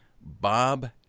Bob